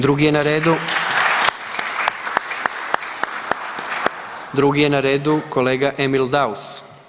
Drugi je na redu. Drugi je na redu kolega Emil Daus.